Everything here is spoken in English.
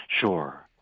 Sure